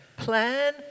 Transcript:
Plan